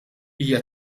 hija